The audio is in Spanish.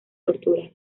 torturas